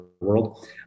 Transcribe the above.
world